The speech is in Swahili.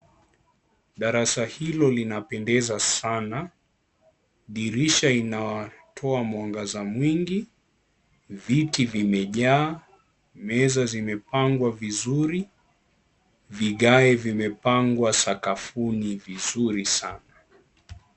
Darasa Hilo linapendeza sana, dirisha inatoa mwangaza mwingi viti vimejaa meza zimepangwa vizuri vikae vimepangwa sakavuni vizuri Sana.